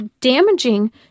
damaging